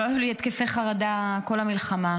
לא היו לי התקפי חרדה כל המלחמה,